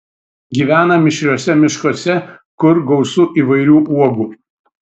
gyvena mišriuose miškuose kur gausu įvairių uogų